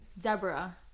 deborah